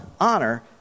honor